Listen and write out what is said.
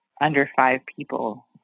under-five-people